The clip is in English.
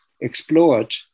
explored